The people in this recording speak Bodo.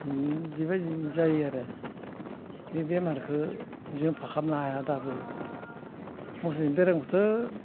बिबायदिनो जायो आरो बे बेमारखो जों फाहामनो हाया दाबो मोसौनि बेरामखौथ'